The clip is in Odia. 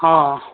ହଁ